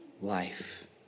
life